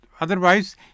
Otherwise